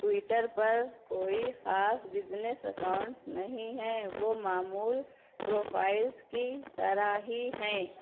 Twitter پر کوئی خاص بزنس اکاؤنٹس نہیں ہے وہ معمول پروفائلز کی طرح ہی ہیں